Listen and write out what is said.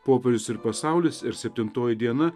popiežius ir pasaulis ir septintoji diena